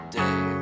day